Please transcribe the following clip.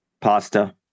pasta